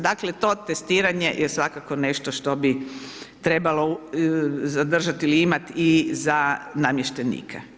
Dakle, to testiranje je svakako nešto što bi trebalo zadržati ili imati i za namještenike.